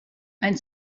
ein